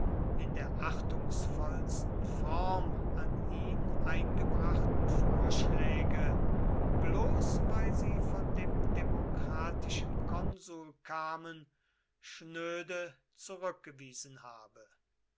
in der achtungsvollsten form an ihn gebrachten vorschläge bloß weil sie von dem demokratischen konsul kamen schnöde zurückgewiesen habe